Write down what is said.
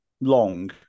long